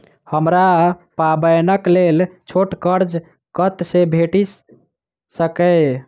हमरा पाबैनक लेल छोट कर्ज कतऽ सँ भेटि सकैये?